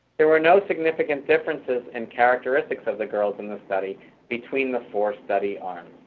there were no significant differences in characteristics of the girls in the study between the four study arms.